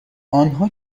آنها